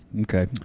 Okay